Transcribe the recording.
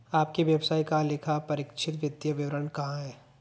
आपके व्यवसाय का लेखापरीक्षित वित्तीय विवरण कहाँ है?